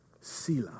sila